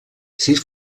sis